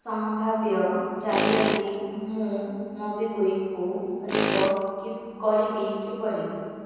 ସମ୍ଭାବ୍ୟ ଜାଲିଆତି ମୁଁ ମୋବିକ୍ଵିକ୍କୁ ରିପୋର୍ଟ କରିବି କିପରି